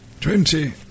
Twenty